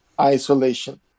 isolation